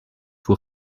vous